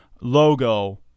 logo